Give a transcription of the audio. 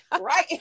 Right